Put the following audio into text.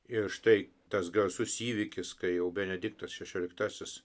ir štai tas garsus įvykis kai jau benediktas šešioliktasis